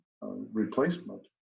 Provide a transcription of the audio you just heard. replacement